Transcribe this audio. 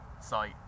site